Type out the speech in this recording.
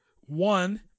One